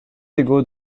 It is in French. égaux